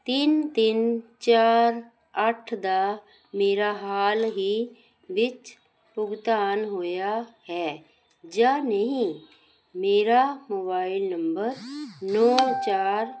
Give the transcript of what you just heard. ਤਿੰਨ ਤਿੰਨ ਚਾਰ ਅੱਠ ਦਾ ਮੇਰਾ ਹਾਲ ਹੀ ਵਿੱਚ ਭੁਗਤਾਨ ਹੋਇਆ ਹੈ ਜਾਂ ਨਹੀਂ ਮੇਰਾ ਮੋਬਾਈਲ ਨੰਬਰ ਨੌਂ ਚਾਰ